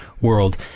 world